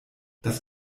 das